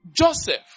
Joseph